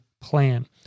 plan